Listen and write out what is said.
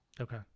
Okay